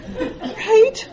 Right